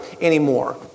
anymore